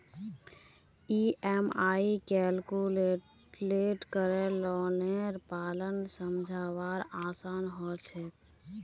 EMI calculate करे लौनेर plan समझवार आसान ह छेक